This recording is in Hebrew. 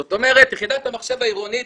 זאת אומרת יחידת המחשב העירונית,